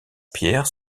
pierre